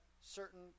certain